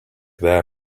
their